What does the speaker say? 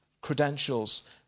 credentials